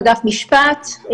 אגף משפט,